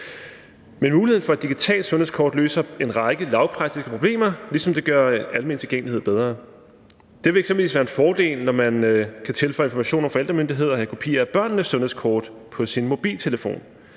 Men muligheden for et digitalt sundhedskort løser en række lavpraktiske problemer, ligesom det gør en almen tilgængelighed bedre. Det vil eksempelvis være en fordel, når man kan tilføje information om forældremyndighed og have en kopi af børnenes sundhedskort på sin mobiltelefon.